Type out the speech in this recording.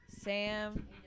Sam